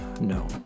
no